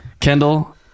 Kendall